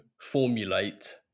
formulate